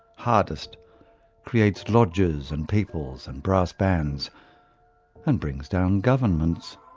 hardest creates lodges and peoples and brass bands and brings down governments,